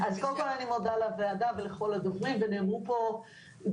אז קודם כל אני מודה לוועדה ולכל הדוברים ונאמרו פה דברים